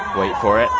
wait for it